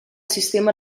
sistema